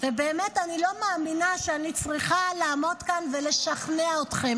ובאמת אני לא מאמינה שאני צריכה לעמוד כאן ולשכנע אתכם.